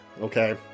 Okay